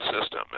system